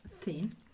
thin